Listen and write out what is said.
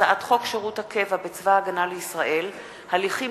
הצעת חוק שירות הקבע בצבא-הגנה לישראל (הליכים